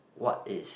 what is